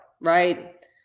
right